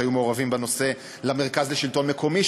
שהיו מעורבים בנושא; למרכז לשלטון מקומי,